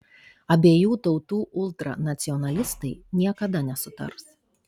abiejų tautų ultranacionalistai niekada nesutars